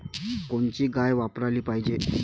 कोनची गाय वापराली पाहिजे?